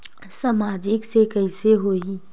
सामाजिक से कइसे होही?